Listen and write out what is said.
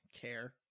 care